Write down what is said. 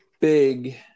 big